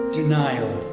denial